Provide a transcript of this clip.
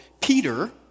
Peter